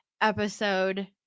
episode